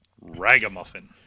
ragamuffin